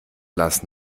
lass